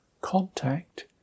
Contact